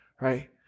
right